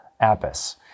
Apis